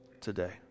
today